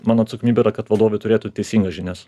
mano atsakomybė yra kad vadovai turėtų teisingas žinias